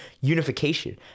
unification